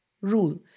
rule